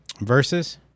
verses